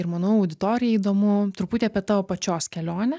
ir manau auditorijai įdomu truputį apie tavo pačios kelionę